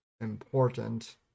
important